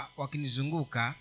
wakinizunguka